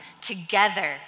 together